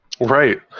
Right